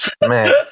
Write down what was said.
Man